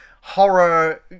horror